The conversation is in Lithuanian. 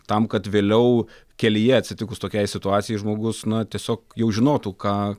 tam kad vėliau kelyje atsitikus tokiai situacijai žmogus na tiesiog jau žinotų ką